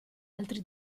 altri